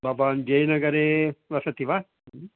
भवान् जयनगरे वसति वा